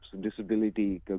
disability